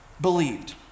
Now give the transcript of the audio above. believed